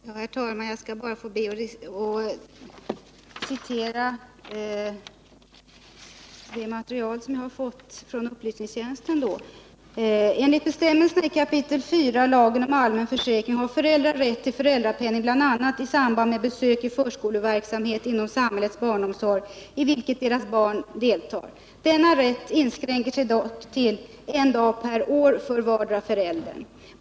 Herr talman! Jag skall bara be att få citera från det material jag har fått från upplysningstjänsten: ”Enligt bestämmelserna i kapitel 4 Lagen om allmän försäkring har föräldrar rätt till föräldrapenning bl.a. i samband med besök i förskoleverksamhet inom samhällets barnomsorg i vilken deras barn deltar. Denna rätt inskränker sig dock till I dag per år för vardera föräldern.